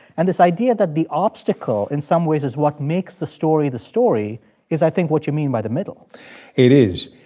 and this idea that the obstacle, in some ways, is what makes the story the story is, i think, what you mean by the middle it is.